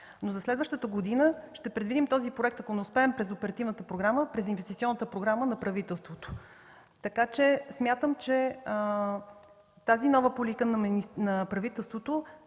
Но за следващата година ще предвидим този проект, ако не успеем през оперативната програма, през инвестиционната програма на правителството. Смятам, че новата политика на правителството